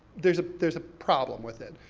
there's there's a problem with it,